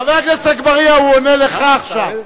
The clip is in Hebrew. חבר הכנסת אגבאריה, הוא עונה לך עכשיו.